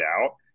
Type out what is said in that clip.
out